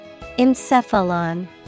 Encephalon